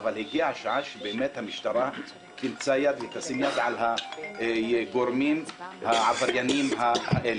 אולי הגיע הזמן שהמשטרה באמת תשים יד על הגורמים העבריינים האלה.